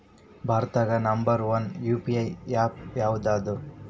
ಭಾರತದಾಗ number one UPI app ಯಾವದದ